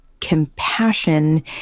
compassion